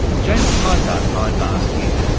james tizard died last year.